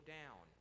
down